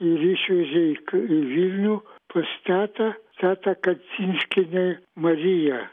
ir išvežė į k į vilnių pas tetą teta kacinškienė marija